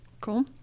Cool